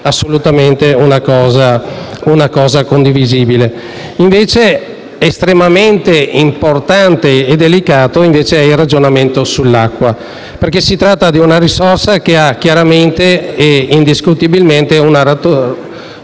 assolutamente condivisibile. È invece estremamente importante e delicato il ragionamento sull'acqua, perché si tratta di un risorsa che ha chiaramente e indiscutibilmente una natura di bene